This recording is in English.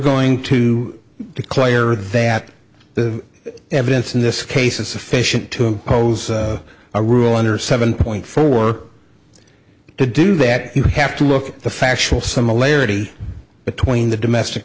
going to declare that the evidence in this case is sufficient to impose a rule under seven point four to do that you have to look at the factual similarity between the domestic